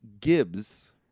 Gibbs